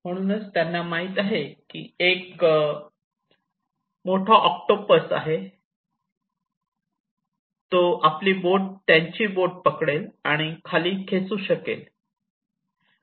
म्हणूनच त्यांना माहित आहे की एक मोठा ऑक्टोपस आहे त्यांची आपली बोट पकडेल आणि खाली खेचू शकेल